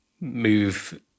move